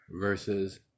versus